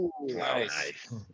Nice